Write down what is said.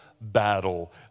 battle